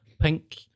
pink